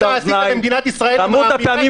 האוזניים ----- למדינת ישראל ----- כמות הפעמים